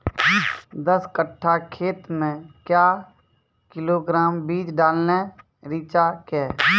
दस कट्ठा खेत मे क्या किलोग्राम बीज डालने रिचा के?